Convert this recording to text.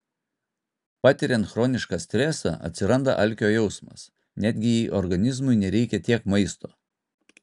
patiriant chronišką stresą atsiranda alkio jausmas netgi jei organizmui nereikia tiek maisto